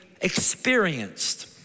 experienced